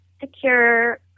secure